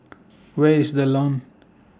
Where IS The Lawn